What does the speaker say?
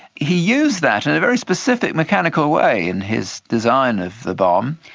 he used that and in a very specific mechanical way in his design of the bombe,